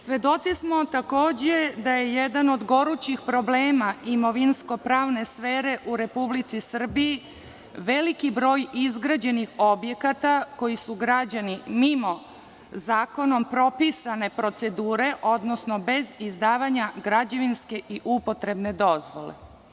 Svedoci smo takođe da je jedan od gorućih problema imovinsko-pravne sfere u Republici Srbiji veliki broj izgrađenih objekata koji su građani mimo zakonom propisane procedure, odnosno bez izdavanja građevinske i upotrebne dozvole.